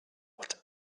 what